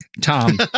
Tom